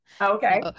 okay